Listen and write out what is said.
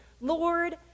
Lord